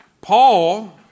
Paul